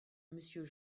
monsieur